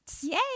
Yay